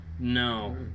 No